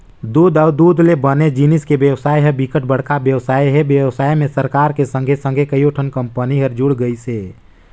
दूद अउ दूद ले बने जिनिस के बेवसाय ह बिकट बड़का बेवसाय हे, बेवसाय में सरकार के संघे संघे कयोठन कंपनी हर जुड़ गइसे